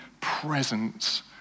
presence